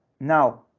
Now